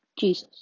Jesus